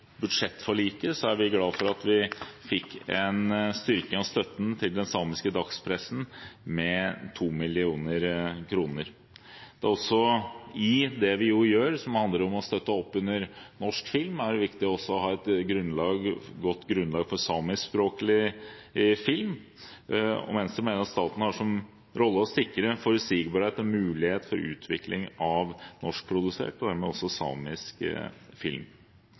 budsjettforliket fikk en styrking av støtten til den samiske dagspressen med 2 mill. kr. I det vi gjør som handler om å støtte opp under norsk film, er det viktig også å ha et godt grunnlag for samiskspråklig film. Venstre mener at staten har som rolle å sikre forutsigbarhet og mulighet for utvikling av norskprodusert og dermed også samisk film.